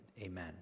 Amen